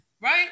right